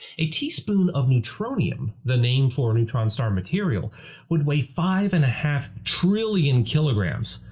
a teaspoon of neutronium the name for neutron star material would weigh five and a half trillion kilograms.